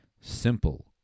Simple